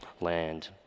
land